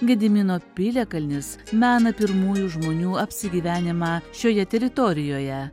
gedimino piliakalnis mena pirmųjų žmonių apsigyvenimą šioje teritorijoje